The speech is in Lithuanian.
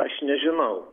aš nežinau